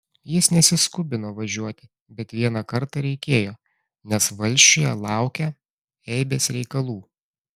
jis nesiskubino važiuoti bet vieną kartą reikėjo nes valsčiuje laukią eibės reikalų